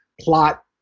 plot